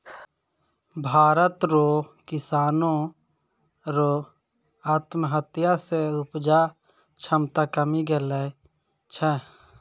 भारत रो किसानो रो आत्महत्या से उपजा क्षमता कमी गेलो छै